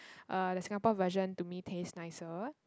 uh the Singapore version to me taste nicer